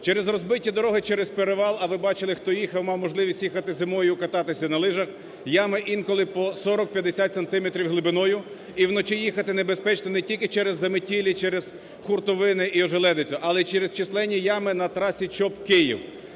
Через розбиті дороги, через перевал, а ви бачили, хто їхав, мав можливість їхати зимою кататися на лижах, ями інколи по 40-50 сантиметрів глибиною. І вночі їхати небезпечно не тільки через заметілі, через хуртовини і ожеледицю, але й через численні ями на трасі Чоп – Київ.